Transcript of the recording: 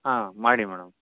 ಹಾಂ ಮಾಡಿ ಮೇಡಮ್